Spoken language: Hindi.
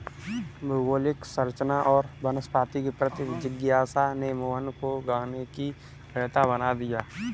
भौगोलिक संरचना और वनस्पति के प्रति जिज्ञासा ने मोहन को गाने की अभियंता बना दिया